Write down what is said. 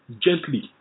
gently